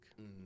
-hmm